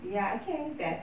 ya I can eat that